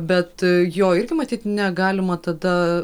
bet jo irgi matyt negalima tada